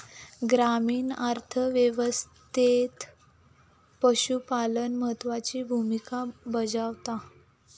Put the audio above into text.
ग्रामीण अर्थ व्यवस्थेत पशुपालन महत्त्वाची भूमिका बजावता